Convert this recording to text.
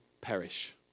perish